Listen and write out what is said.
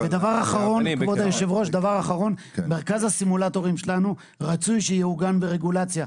כבוד היו"ר: רצוי שמרכז הסימולטורים שלנו יעוגן ברגולציה,